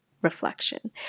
reflection